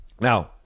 Now